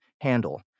handle